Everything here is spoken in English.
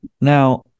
Now